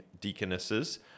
deaconesses